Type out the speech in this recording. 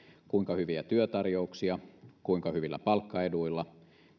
kuinka hyviä työtarjouksia ja kuinka hyvillä palkkaeduilla